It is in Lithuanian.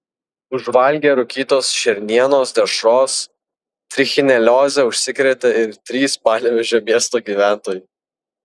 užvalgę rūkytos šernienos dešros trichinelioze užsikrėtė ir trys panevėžio miesto gyventojai